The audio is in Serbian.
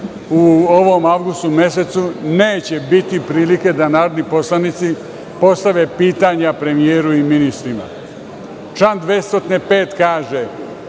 u ovom avgustu mesecu neće biti prilike da narodni poslanici postave pitanja premijeru i ministrima. Član 205. kaže